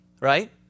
right